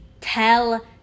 tell